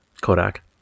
Kodak